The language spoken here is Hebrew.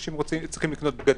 צריכים לקנות בגדים.